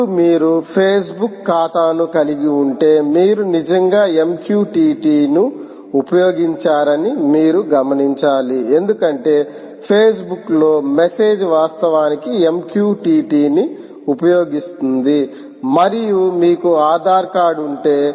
ఇప్పుడు మీరు ఫేస్బుక్ ఖాతాను కలిగి ఉంటే మీరు నిజంగా MQTT ను ఉపయోగించారని మీరు గమనించాలి ఎందుకంటే ఫేస్బుక్లో మెసేజ్ వాస్తవానికి MQTT ని ఉపయోగిస్తుంది మరియు మీకు ఆధార్ కార్డు ఉంటే